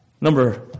Number